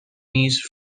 نیز